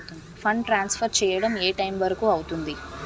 Fund transfer చేయడం ఏ time వరుకు అవుతుంది?